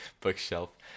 bookshelf